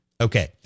Okay